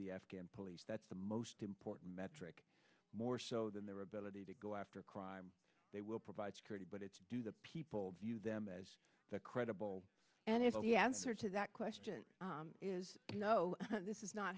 the afghan police that's the most important metric more so than their ability to go after crime they will provide security but it's do the people view them as credible and it will be answer to that question is you know this is not